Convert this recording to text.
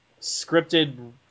scripted